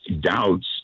doubts